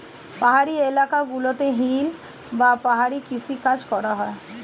পাহাড়ি এলাকা গুলোতে হিল বা পাহাড়ি কৃষি কাজ করা হয়